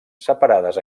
separades